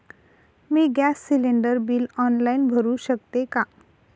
मी gas cylinder bill online भरु शकते का?